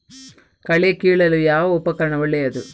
ಕಳೆ ಕೀಳಲು ಯಾವ ಉಪಕರಣ ಒಳ್ಳೆಯದು?